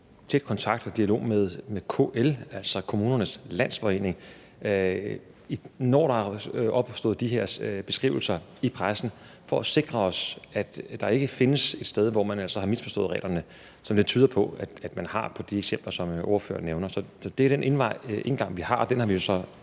i tæt kontakt og dialog med KL, altså Kommunernes Landsforening, når de her sager er blevet beskrevet i pressen, for at sikre os, at der ikke findes et sted, hvor man altså har misforstået reglerne, hvilket det tyder på at man har i de eksempler, som ordføreren nævner. Det er den indgang, vi har, og den har vi så